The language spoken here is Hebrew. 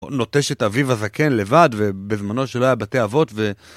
נוטש את אביו הזקן לבד ובזמנו שלא היה בתי אבות ו...